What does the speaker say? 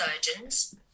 surgeons